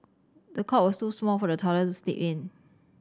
the cot was too small for the toddler to sleep in